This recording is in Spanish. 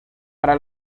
para